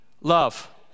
love